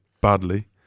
badly